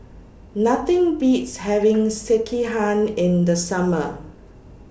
Nothing Beats having Sekihan in The Summer